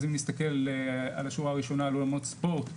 אם נסתכל על השורה הראשונה על אולמות ספורט,